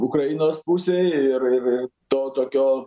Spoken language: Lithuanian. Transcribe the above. ukrainos pusėj ir ir ir to tokio